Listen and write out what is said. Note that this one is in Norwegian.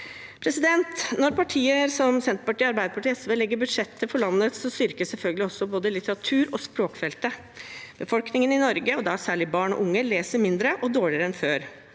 overraskende. Når partier som Senterpartiet, Arbeiderpartiet og SV legger budsjettet for landet, styrkes selvfølgelig også både litteratur- og språkfeltet. Befolkningen i Norge, og da særlig barn og unge, leser mindre og dårligere enn før,